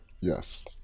Yes